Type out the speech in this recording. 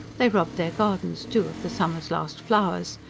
they robbed their gardens, too, of the summer's last flowers,